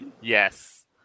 Yes